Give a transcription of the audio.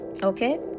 Okay